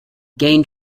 gained